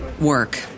work